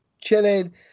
Chilling